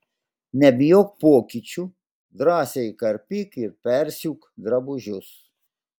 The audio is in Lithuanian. nebijok pokyčių drąsiai karpyk ir persiūk drabužius